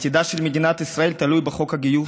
עתידה של מדינת ישראל תלוי בחוק הגיוס,